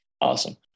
Awesome